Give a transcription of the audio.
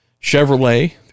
Chevrolet